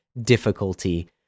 difficulty